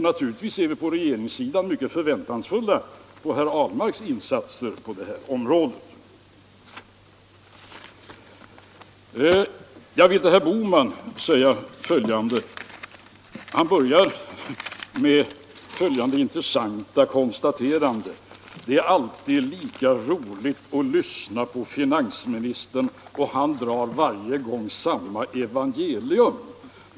Naturligtvis är vi på regeringssidan mycket förväntansfulla på herr Ahlmarks insatser på det här området. Jag vill sedan vända mig till herr Bohman. Han började med följande intressanta konstaterande: Det är alltid lika roligt att lyssna på finansministern. Han drar varje gång samma evangelium.